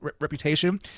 reputation